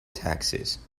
taxes